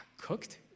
cooked